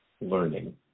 learning